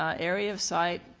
ah area of site,